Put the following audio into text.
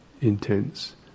intense